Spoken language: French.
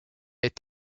est